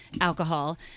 alcohol